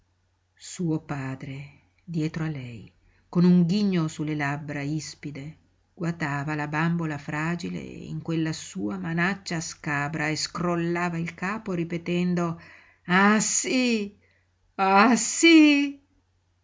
suo padre dietro a lei con un ghigno su le labbra ispide guatava la bambola fragile in quella sua manaccia scabra e scrollava il capo ripetendo ah sí ah sí